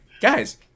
guys